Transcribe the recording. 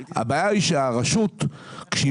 הבעיה היא שהרשות, כשהיא